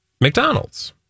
McDonald's